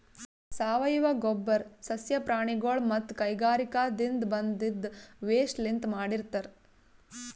ಸಾವಯವ ಗೊಬ್ಬರ್ ಸಸ್ಯ ಪ್ರಾಣಿಗೊಳ್ ಮತ್ತ್ ಕೈಗಾರಿಕಾದಿನ್ದ ಬಂದಿದ್ ವೇಸ್ಟ್ ಲಿಂತ್ ಮಾಡಿರ್ತರ್